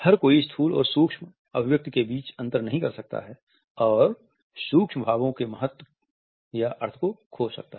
हर कोई स्थूल और सूक्ष्म अभिव्यक्ति के बीच अंतर नहीं कर सकता है और सूक्ष्म भावों के महत्व या अर्थ को खो सकता है